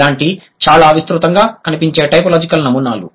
ఇలాంటివి చాలా విస్తృతంగా కనిపించే టైపోలాజికల్ నమూనాలు